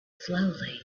slowly